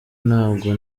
ntabwo